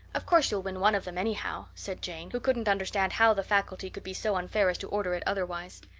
of course you'll win one of them anyhow, said jane, who couldn't understand how the faculty could be so unfair as to order it otherwise.